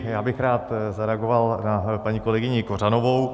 Já bych rád zareagoval na paní kolegyni Kořanovou.